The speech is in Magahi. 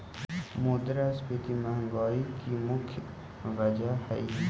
मुद्रास्फीति महंगाई की मुख्य वजह हई